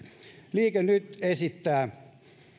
liike nyt esittää